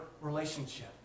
relationship